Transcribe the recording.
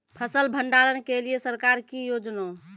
फसल भंडारण के लिए सरकार की योजना?